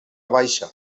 baixa